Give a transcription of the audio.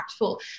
impactful